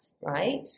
right